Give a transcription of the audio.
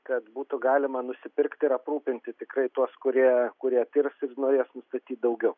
kad būtų galima nusipirkti ir aprūpinti tikrai tuos kurie kurie tirs ir norės nustatyt daugiau